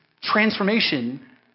transformation